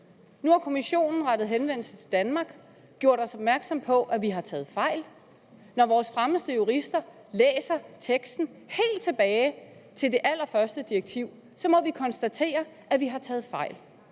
Nu har Kommissionen rettet henvendelse til Danmark og gjort os opmærksom på, at vi har taget fejl. Når vores fremmeste jurister læser teksten helt tilbage til det allerførste direktiv, må de konstatere, at vi har taget fejl.